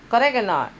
correct or not